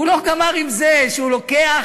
הוא לא גמר עם זה שהוא לוקח,